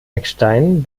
eckstein